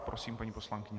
Prosím, paní poslankyně.